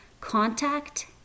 Contact